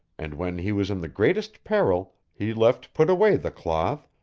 and when he was in the greatest peril he left put away the cloth,